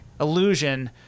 illusion